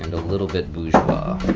and a little bit bourgeois.